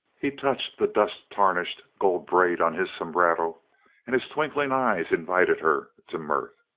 he touched the dust-tarnished gold braid on his sombrero and his twinkling eyes invited her to mirth.